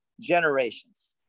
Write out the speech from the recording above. generations